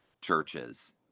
churches